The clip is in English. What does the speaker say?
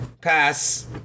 Pass